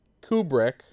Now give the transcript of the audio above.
Kubrick